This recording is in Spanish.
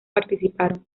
participaron